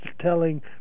telling